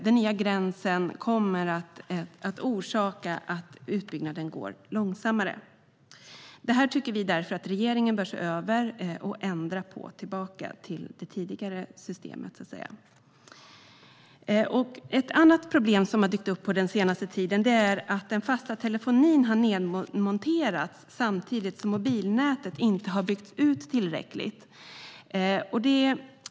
Den nya gränsen kommer att orsaka en långsammare utbyggnad. Vi tycker därför att regeringen bör se över detta och ändra systemet tillbaka till hur det var tidigare. Ett annat problem som har dykt upp under den senaste tiden är att den fasta telefonin har nedmonterats samtidigt som mobilnätet inte har byggts ut tillräckligt.